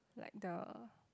like the